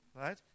Right